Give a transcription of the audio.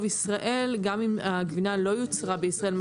ישראל גם אם הגבינה לא יוצרה בישראל.